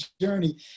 journey